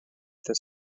this